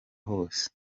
hose